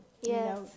Yes